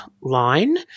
line